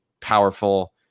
powerful